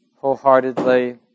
wholeheartedly